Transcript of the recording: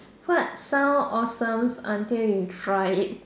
what sound awesomes until you try it